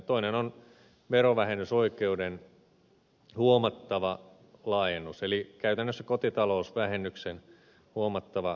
toinen on verovähennysoikeuden huomattava laajennus eli käytännössä kotitalousvähennyksen huomattava korotus